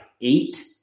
eight